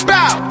Bow